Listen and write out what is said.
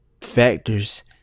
factors